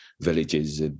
villages